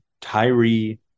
Tyree